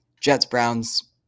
Jets-Browns